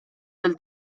del